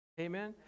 Amen